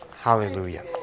hallelujah